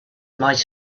might